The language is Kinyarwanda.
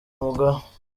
umugore